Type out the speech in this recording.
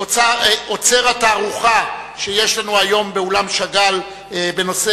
אוצר התערוכה שיש לנו היום באולם שאגאל בנושא